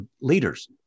leaders